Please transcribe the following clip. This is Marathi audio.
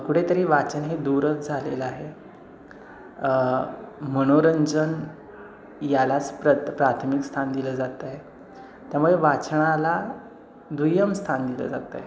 कुठेतरी वाचन हे दूरच झालेलं आहे मनोरंजन यालाच प्रथ प्राथमिक स्थान दिलं जात आहे त्यामुळे वाचनाला दुय्यम स्थान दिलं जात आहे